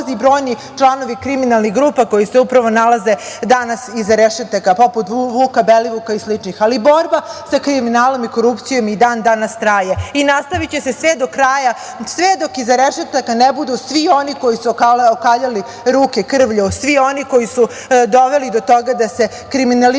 brojni članovi kriminalnih grupa koji se upravo nalaze danas iza rešetaka, poput Vuka Belivuka i sličnih. Ali, borba sa kriminalom i korupcijom i dan danas traje i nastaviće se sve do kraja, sve dok iza rešetaka ne budu svi oni koji su okaljali ruke krvlju, svi oni koji su doveli do toga da se kriminalizuju